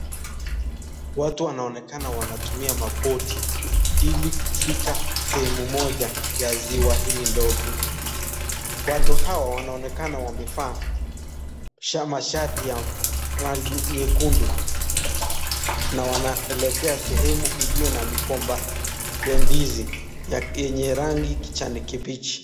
Watu wanaonekana wanatumia maboti. Ili kufika sehemu moja ya ziwa hili ndogo. Watu hawa wanaonekana wamevaa mashati ya rangi nyekundu. Na wanaelekea sehemu iliyo na migomba ya ndizi ya enye rangi kijani kibichi.